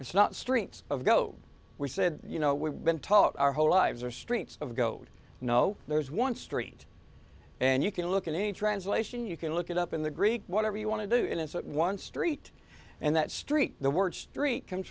it's not streets of go we said you know we've been taught our whole lives are streets of goat no there's one street and you can look at any translation you can look it up in the greek whatever you want to do and it's that one street and that street the word street comes